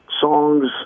songs